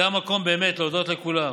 זה המקום, באמת, להודות לכולם,